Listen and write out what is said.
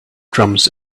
drums